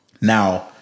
Now